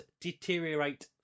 deteriorate